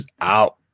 out